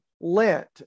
Lent